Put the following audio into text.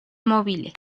móviles